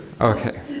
Okay